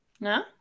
No